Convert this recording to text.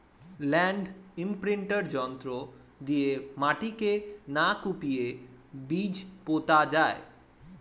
land imprinter যন্ত্র দিয়ে মাটিকে না কুপিয়ে বীজ পোতা যায়